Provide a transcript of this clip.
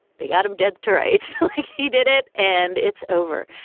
they got him dead to rights. like he did it and it's over.